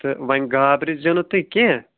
تہٕ وۄنۍ گابرِزیو نہٕ تُہۍ کیٚنٛہہ